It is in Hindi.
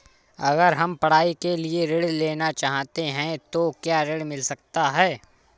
अगर हम पढ़ाई के लिए ऋण लेना चाहते हैं तो क्या ऋण मिल सकता है?